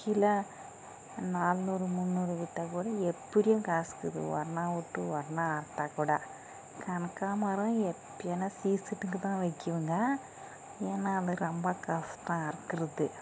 kilo நானூறு முன்னூறு விற்றா கூட எப்படியும் காசுக்கிது ஒரு நாள் விட்டு ஒரு நாள் விற்றா கூட கனகாம்பரம் எப்பேயான சீசனுக்குதான் விற்குவோங்க ஏன்னால் அது ரொம்ப கஷ்டம் அறுக்கிறது